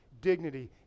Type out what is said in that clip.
dignity